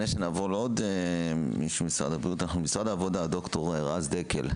ד"ר רז דקל,